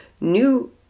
new